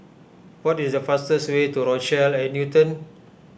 what is the fastest way to Rochelle at Newton